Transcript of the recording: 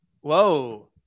Whoa